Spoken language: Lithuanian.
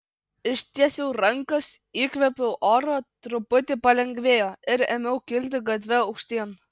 ištiesiau rankas įkvėpiau oro truputį palengvėjo ir ėmiau kilti gatve aukštyn